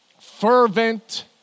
fervent